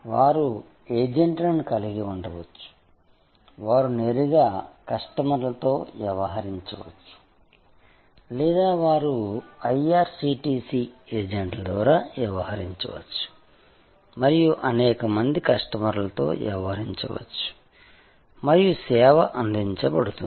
వారు ఏజెంట్లను కలిగి ఉండవచ్చు వారు నేరుగా కస్టమర్లతో వ్యవహరించవచ్చు లేదా వారు IRCTC ఏజెంట్ల ద్వారా వ్యవహరించవచ్చు మరియు అనేక మంది కస్టమర్లతో వ్యవహరించవచ్చు మరియు సేవ అందించబడుతుంది